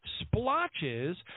splotches